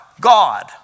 God